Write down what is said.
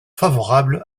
favorable